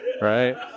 Right